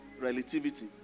relativity